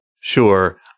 Sure